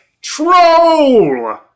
Troll